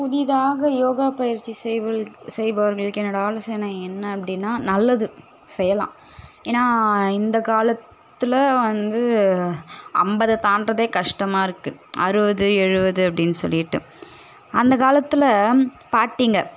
புதிதாக யோகா பயிற்சி செய்பவர் செய்பவர்களுக்கு என்னோடய ஆலோசனை என்ன அப்படின்னா நல்லது செய்யலாம் ஏன்னா இந்த காலத்தில் வந்து ஐம்பத தாண்டுகிறதே கஷ்டமாக இருக்குது அறுபது எழுவது அப்படின்னு சொல்லிட்டு அந்த காலத்தில் பாட்டிங்கள்